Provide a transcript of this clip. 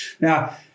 now